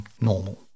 normal